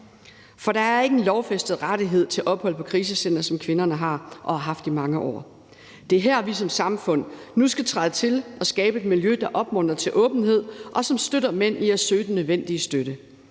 For der er ikke en lovfæstet rettighed til ophold på krisecenter, som kvinderne har og har haft i mange år. Det er her, at vi som samfund nu skal træde til og skabe et miljø, der opmuntrer til åbenhed, og som støtter mænd i at søge den nødvendige støtte.